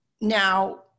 now